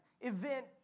event